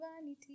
vanity